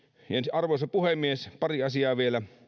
arvoisa puhemies pari asiaa vielä